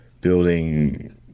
building